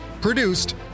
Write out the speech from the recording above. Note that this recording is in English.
Produced